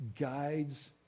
guides